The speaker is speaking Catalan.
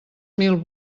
mil